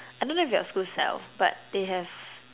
I don't know if your school sell but they have